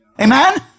Amen